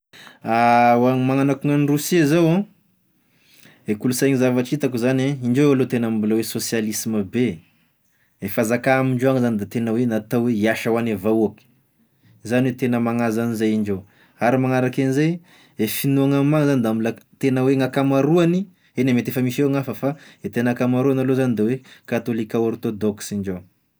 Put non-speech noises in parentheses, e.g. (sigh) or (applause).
(hesitation) Ho an'ny magnano akoa gn'an'i Rosia zao an, e kolosay zavatry hitako zany indreo aloha tena mbola hoe sôsialisma be e, e fanzaka amindreo any zany da tena hoe natao hoe hiasa hoagne vahoaka zany hoe tena manaza agn'izay indreo, ary magnaraky an'izay e finoagna amign'ao zany da mbola tena hoe gn'ankamaroagny, eny e mety efa misy eo gn'hafa fa ny tena ankamaroany aloha zany da hoe katôlika ôrtôdôksa indreo.